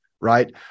right